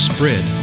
Spread